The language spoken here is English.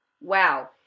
wow